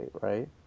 right